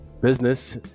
business